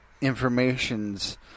informations